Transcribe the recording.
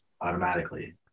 automatically